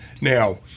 Now